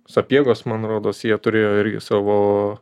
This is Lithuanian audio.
sapiegos man rodos jie turėjo irgi savo